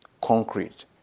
concrete